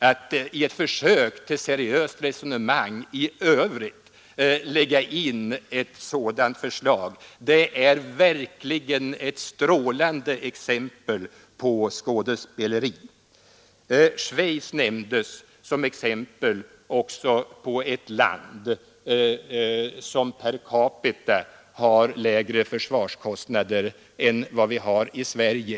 Att i ett försök till seriöst resonemang i övrigt lägga in ett sådant förslag är verkligen ett strålande exempel på skådespeleri. Schweiz nämndes också som ett land som per capita har lägre försvarskostnader än vi har i Sverige.